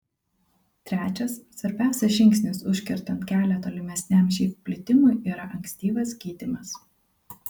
trečias svarbiausias žingsnis užkertant kelią tolimesniam živ plitimui yra ankstyvas gydymas